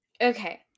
Okay